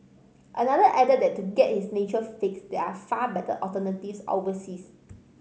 another added that to get his nature fix there are far better alternatives overseas